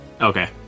okay